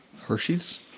Hershey's